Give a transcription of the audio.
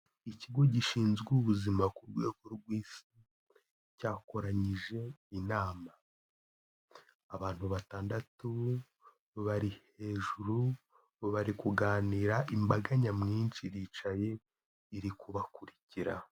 Ikigo gishinzwe ubuzima ku rwego rw'Isi, cyakoranyije inama. Abantu batandatu bari hejuru bari kuganira, imbaga nyamwinshi iricaye iri kubakurikira.